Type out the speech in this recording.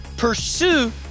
Pursue